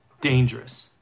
dangerous